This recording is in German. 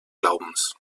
glaubens